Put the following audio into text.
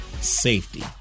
safety